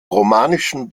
romanischen